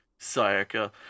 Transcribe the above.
Sayaka